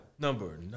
Number